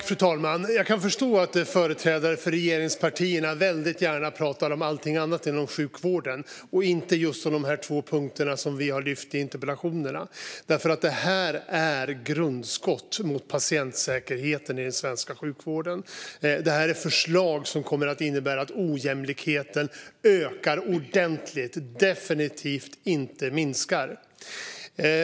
Fru talman! Jag kan förstå att en företrädare för regeringspartierna väldigt gärna pratar om allt annat inom sjukvården och inte om just de två punkter som vi har lyft i interpellationerna. Det här är nämligen grundskott mot patientsäkerheten i den svenska sjukvården. Det är förslag som kommer att innebära att ojämlikheten ökar ordentligt - definitivt inte minskar.